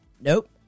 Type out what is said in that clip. Nope